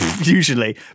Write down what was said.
usually